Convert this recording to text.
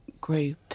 group